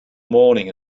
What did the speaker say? morning